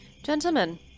Gentlemen